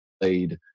played